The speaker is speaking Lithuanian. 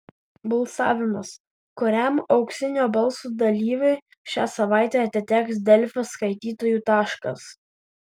balsavimas kuriam auksinio balso dalyviui šią savaitę atiteks delfi skaitytojų taškas